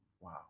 Wow